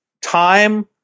time